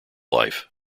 life